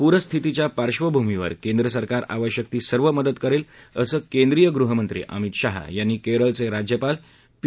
पूरस्थितीच्या पार्क्षभूमीवर केंद्र सरकार आवश्यक ती सर्व मदत करेल असं केंद्रीय गृहमंत्र अमित शाह यांनी केरळाचे राज्यपाल पी